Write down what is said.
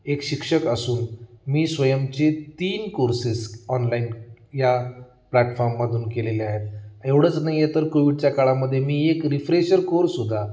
एक शिक्षक असून मी स्वयंचे तीन कोर्सेस ऑनलाईन या प्लॅटफॉर्ममधून केलेले आहेत एवढंच नाही आहे तर कोविडच्या काळामध्ये मी एक रिफ्रेशर कोर्स सुद्धा